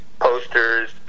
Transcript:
Posters